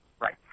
Right